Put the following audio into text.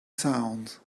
sound